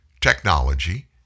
technology